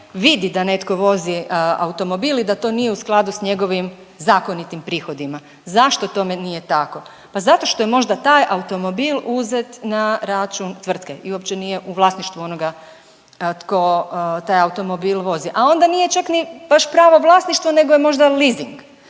vidi da netko vozi automobil i da to nije u skladu sa njegovim zakonitim prihodima. Zašto tome nije tako? Pa zato što je možda taj automobil uzet na račun tvrtke i uopće nije u vlasništvu onoga tko taj automobil vozi. A onda nije čak ni baš pravo vlasništvo, nego je možda leasing.